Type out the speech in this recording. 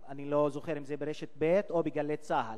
אני לא זוכר אם זה ברשת ב' או ב"גלי צה"ל".